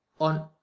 On